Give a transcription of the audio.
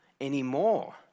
anymore